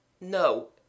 No